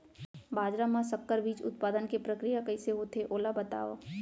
बाजरा मा संकर बीज उत्पादन के प्रक्रिया कइसे होथे ओला बताव?